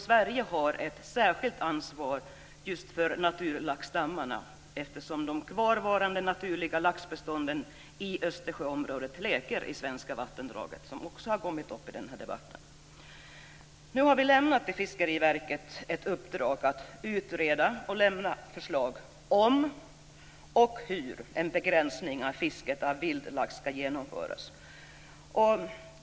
Sverige har ett särskilt ansvar för naturlaxstammarna, eftersom de flesta kvarvarande naturliga laxbestånden i Östersjöområdet leker i svenska vattendrag. Detta har också tagits upp i den här debatten. Nu har Fiskeriverket fått i uppdrag att utreda och lämna förslag om hur en begränsning av fisket av vildlax skall genomföras.